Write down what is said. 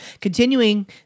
continuing